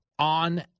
On